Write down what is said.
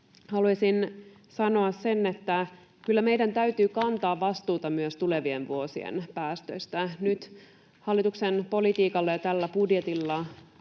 haluaisin sanoa sen, että kyllä meidän täytyy kantaa vastuuta myös tulevien vuosien päästöistä. Nyt hallituksen politiikalla ja tällä budjetilla